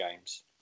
games